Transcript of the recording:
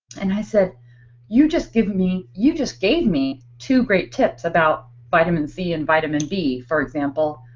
and i said you just give me you just gave me to great clips about vitamin c and vitamin b for example.